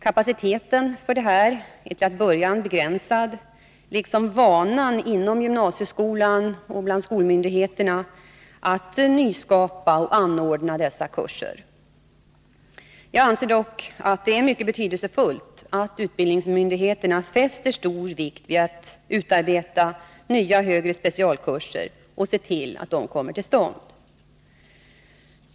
Kapaciteten för det här är till en början begränsad liksom vanan inom gymnasieskolan och hos skolmyndigheterna att nyskapa och anordna dessa kurser. Jag anser dock att det är mycket betydelsefullt att utbildningsmyndigheterna fäster stor vikt vid att nya högre specialkurser utarbetas och att de kommer till stånd.